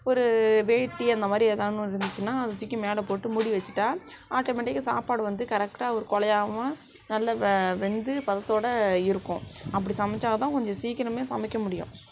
ஒரு வேட்டி அந்தமாதிரி ஏதாது ஒன்று இருந்துச்சுன்னா தூக்கி மேலே போட்டு மூடி வச்சுட்டா ஆட்டோமேடிக்காக சாப்பாடு வந்து கரெக்டாக ஒரு குழையாம நல்ல வெந்து பதத்தோடு இருக்கும் அப்படி சமைத்தாதான் கொஞ்சம் சீக்கிரமே சமைக்க முடியும்